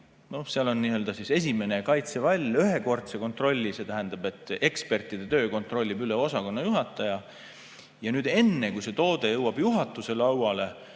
ta läbib nii-öelda esimese kaitsevalli, ühekordse kontrolli. See tähendab, et ekspertide töö kontrollib üle osakonna juhataja. Enne kui see toode jõuab juhatuse lauale,